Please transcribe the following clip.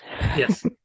Yes